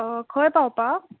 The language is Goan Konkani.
खंय पावपाक